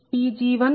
Pg1122